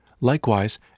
Likewise